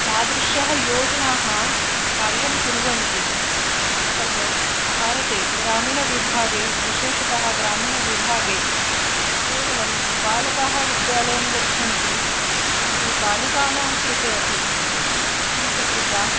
तादृशः योजनाः कार्यं कुर्वन्ति अतः भारते ग्रामीणविभागे विशेषतः ग्रामीणविभागे केवलं बालकाः विद्यालयं गच्छन्ति किन्तु बालिकानां कृते अपि द्विचक्रिका